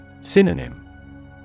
Synonym